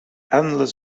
endless